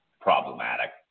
problematic